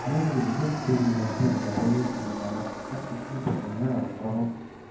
அதேமாரி விஜய் டிவியில் வந்து எனக்கு டெலிவிஷனோடது வந்து என்ன பிடிக்குன்னா குக்கு வித்து கோமாளி தான் எனக்கு ரொம்ப ரொம்ப பிடிக்கும்